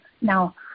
Now